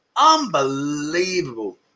Unbelievable